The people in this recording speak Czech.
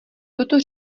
toto